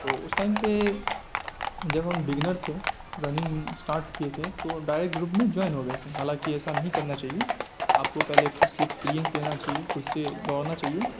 تو اس ٹائم پہ جب ہم بگنر تھے رننگ اسٹاٹ کیے تھے تو ڈائریکٹ گروپ میں جوائن ہو گئے تھے حالانکہ ایسا نہیں کرنا چاہیے آپ کو پہلے خود سے ایکسپیریئنس لینا چاہیے خود سے دوڑنا چاہیے